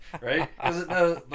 Right